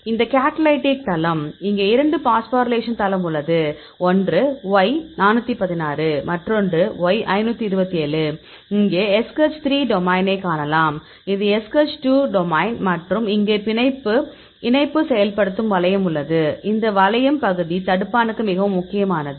இது கேட்டலைட்டிக் தளம் இங்கே இரண்டு பாஸ்போரிலேஷன் தளம் உள்ளது ஒன்று Y 416 மற்றொன்று Y 527 இங்கே SH3 டொமைனைக் காணலாம் இது SH2 டொமைன் மற்றும் இங்கே இணைப்பு செயல்படுத்தும் வளையம் உள்ளது இந்த வளையம் பகுதி தடுப்பானுக்கு மிகவும் முக்கியமானது